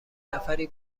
نفری